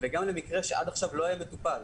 וגם למקרה שעד עכשיו לא היה מטופל,